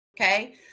Okay